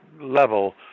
level